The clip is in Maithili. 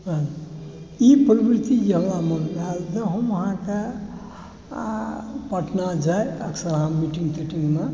ई प्रवृति जे हमरामे आयल हम अहाँके पटना जाइ तऽ मीटिङ्ग तीटिङ्गमे